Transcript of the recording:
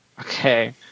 Okay